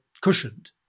cushioned